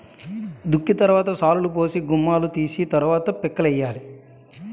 దుక్కి తరవాత శాలులుపోసి గుమ్ములూ తీసి తరవాత పిక్కలేయ్యాలి